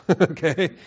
Okay